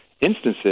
instances